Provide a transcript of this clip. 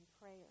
prayer